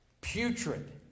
putrid